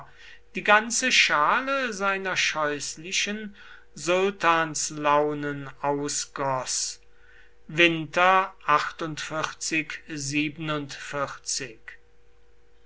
die ganze schale seiner scheußlichen sultanslaunen ausgoß winter